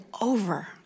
over